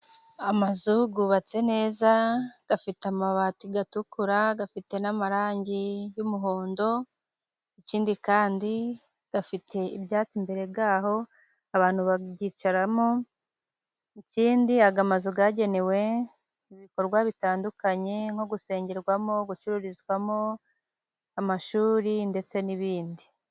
Amazu yubatse neza, afite amabati atukura, afite n'amarangi y'umuhondo, ikindi kandi afite ibyatsi imbere yaho, abantu babyicaramo, ikindi aya mazu agenewe ibikorwa bitandukanye nko gusengerwamo, gucururizwamo, amashuri ndetse n'ibindi.